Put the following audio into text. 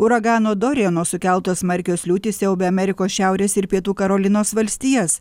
uragano doriano sukeltos smarkios liūtys siaubia amerikos šiaurės ir pietų karolinos valstijas